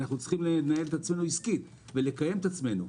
אנחנו צריכים לנהל את עצמנו עסקית ולקיים את עצמנו.